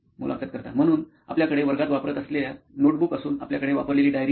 मुलाखत कर्ता म्हणून आपल्याकडे वर्गात वापरत असलेल्या नोटबुक असून आपल्याकडे वापरलेली डायरी आहे